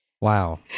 Wow